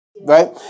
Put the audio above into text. right